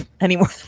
anymore